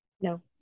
No